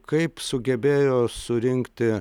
kaip sugebėjo surinkti